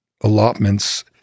allotments